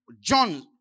John